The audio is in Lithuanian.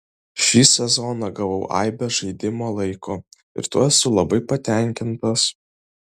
šį sezoną gavau aibę žaidimo laiko ir tuo esu labai patenkintas